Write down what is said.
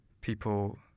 people